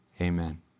amen